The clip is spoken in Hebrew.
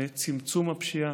צמצום הפשיעה.